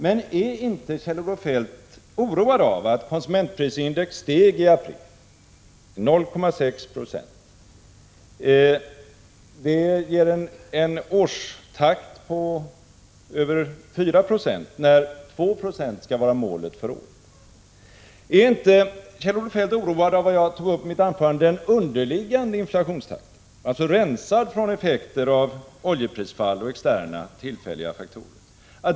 Men är inte Kjell-Olof Feldt oroad av att konsumentprisindex i april steg med 0,6 26? Det ger en årstakt på över 4 90, när 2 9o skall vara målet för året. Är inte Kjell-Olof Feldt oroad av det jag tog upp i mitt anförande, den underliggande inflationstakten, rensad från effekten av oljeprisfall och externa tillfälliga faktorer?